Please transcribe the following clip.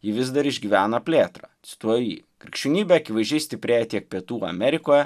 ji vis dar išgyvena plėtrą cituoju jį krikščionybė akivaizdžiai stiprėja tiek pietų amerikoje